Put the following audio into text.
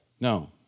No